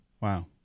Wow